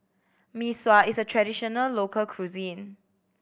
Mee Sua is a traditional local cuisine